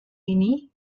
ini